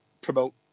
promote